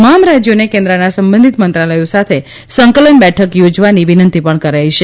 તમામ રાજ્યોને કેન્દ્રના સંબંધિત મંત્રાલયો સાથે સંકલન બેઠક થોજવાની વિનંતી પણ કરાઇ છે